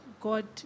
God